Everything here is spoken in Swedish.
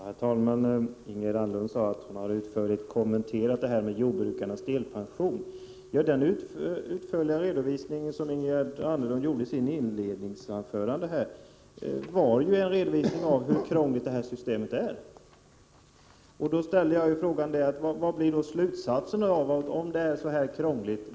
Herr talman! Ingegerd Anderlund sade att hon utförligt har kommenterat frågan om jordbrukarnas delpension. Den utförliga redovisning som Inge 81 Prot. 1987/88:123 gerd Anderlund gjorde i sitt inledningsanförande var en redovisning av hur krångligt systemet är. Jag ställde då frågan: Vilken slutsats drar hon av att det är så krångligt?